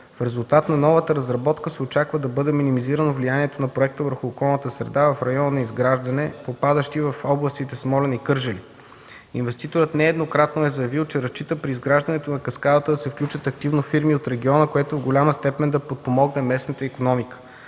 В резултат на новата разработка се очаква да бъде минимизирано влиянието на проекта върху околната среда в района на изграждане, попадащо в областите Смолян и Кърджали. Инвеститорът нееднократно е заявил, че разчита при изграждането на каскадата да се включат активно фирми от региона, което в голяма степен да подпомогне местната икономика.